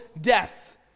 death